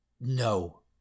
No